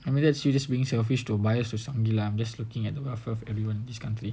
I mean that's you just being selfish to buyers to some game lah I'm just looking at the wealth of everyone in this country